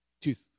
Tooth